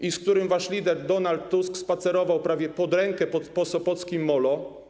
i z którym wasz lider Donald Tusk spacerował prawie pod rękę po sopockim molo.